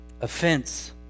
offense